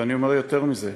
ואני אומר יותר מזה,